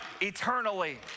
eternally